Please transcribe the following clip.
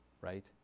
right